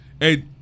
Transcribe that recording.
Hey